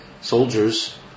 soldiers